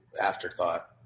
afterthought